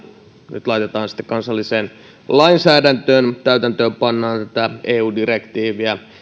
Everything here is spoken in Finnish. nyt laitetaan kansalliseen lainsäädäntöön täytäntöönpannaan tätä eu direktiiviä